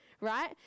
right